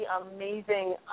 amazing